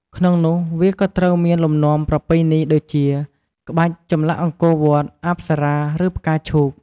ក្នុងនោះ វាក៏ត្រូវមានលំនាំប្រពៃណីដូចជា ក្បាច់ចម្លាក់អង្គរវត្ត អប្សរា ឬ ផ្កាឈូក។